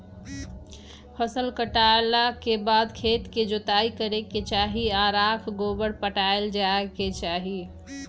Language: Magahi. फसल काटला के बाद खेत के जोताइ करे के चाही आऽ राख गोबर पटायल जाय के चाही